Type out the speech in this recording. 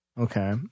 Okay